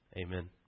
Amen